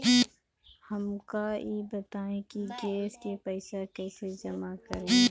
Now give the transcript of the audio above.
हमका ई बताई कि गैस के पइसा कईसे जमा करी?